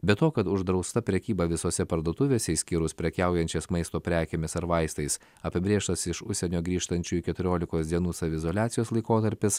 be to kad uždrausta prekyba visose parduotuvėse išskyrus prekiaujančias maisto prekėmis ar vaistais apibrėžtas iš užsienio grįžtančiųjų keturiolikos dienų saviizoliacijos laikotarpis